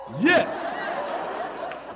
Yes